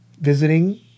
Visiting